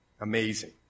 Amazing